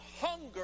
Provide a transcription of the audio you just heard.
hunger